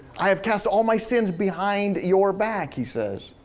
i have cast all my sins behind your back, he says.